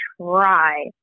try